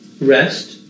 Rest